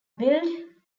billed